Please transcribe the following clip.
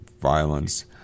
violence